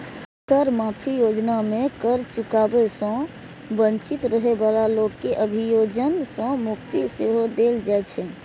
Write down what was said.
कर माफी योजना मे कर चुकाबै सं वंचित रहै बला लोक कें अभियोजन सं मुक्ति सेहो देल जाइ छै